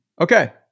Okay